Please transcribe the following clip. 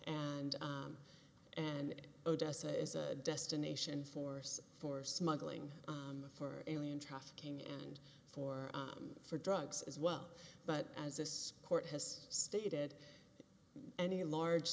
and and odessa is a destination force for smuggling for alien trafficking and for for drugs as well but as this court has stated any large